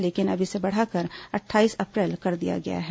लेकिन अब इसे बढ़ाकर अट्ठाईस अप्रैल कर दिया गया है